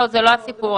זה לא הסיפור.